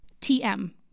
TM